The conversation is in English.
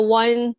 one